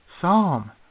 Psalm